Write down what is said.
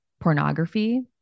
pornography